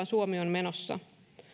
suomi on menossa